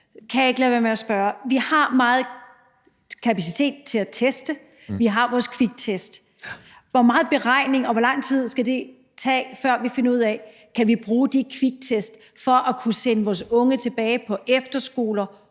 kan jeg ikke lade være med at spørge: Vi har meget kapacitet til at teste, vi har vores kviktest. Hvor meget beregning og hvor lang tid skal det tage, før vi finder ud af, om vi kan bruge de kviktest for at kunne sende vores unge tilbage på efterskoler